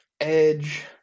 edge